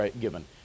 given